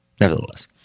nevertheless